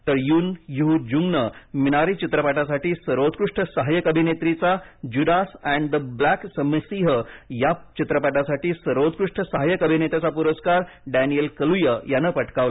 तर Youn Yuh जुंगने Minari चित्रपटासाठी सर्वोत्कृष्ट सहाय्यक अभिनेत्रीचा Judas and the Black Messiah या चित्रपटासाठी सर्वोत्कृष्ट सहाय्यक अभिनेत्याचा पुरस्कार डनिएल कलूया याने पटकावला